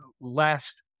last